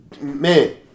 man